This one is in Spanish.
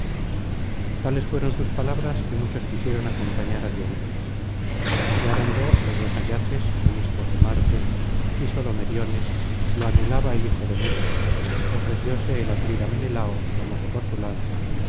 tales fueron sus palabras y muchos quisieron acompañar á diomedes deseáronlo los dos ayaces ministros de marte quísolo meriones lo anhelaba el hijo de néstor ofrecióse el atrida menelao famoso por su lanza